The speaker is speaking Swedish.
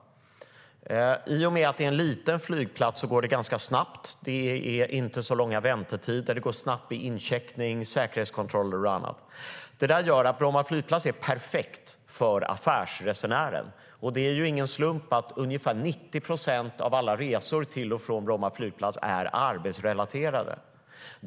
I och med att det är en liten flygplats går det ganska snabbt. Det är inte så långa väntetider. Det går snabbt vid incheckning, säkerhetskontroller och annat. Det gör att Bromma flygplats är perfekt för affärsresenären. Det är ingen slump att ungefär 90 procent av alla resor till och från Bromma flygplats är arbetsrelaterade.